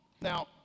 Now